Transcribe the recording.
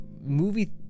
Movie